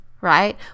right